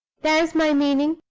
there's my meaning,